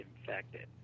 infected